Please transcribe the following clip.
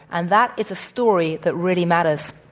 and that is a story that really matters.